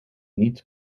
niet